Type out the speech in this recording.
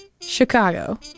Chicago